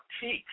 Teach